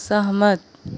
सहमत